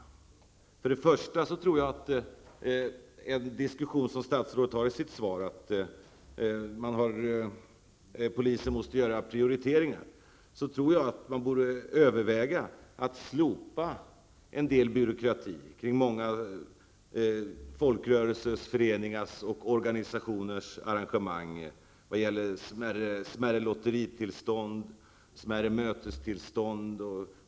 Till att börja med när det gäller den diskussion som statsrådet för i sitt svar om att polisen måste göra prioriteringar, tror jag att man borde överväga att slopa en del byråkrati kring många folkrörelsers, föreningars och organisationers arrangemang såsom smärre lotteritillstånd och smärre mötestillstånd.